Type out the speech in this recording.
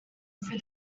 through